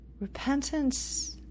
repentance